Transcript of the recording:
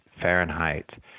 Fahrenheit